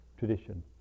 Tradition